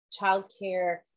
childcare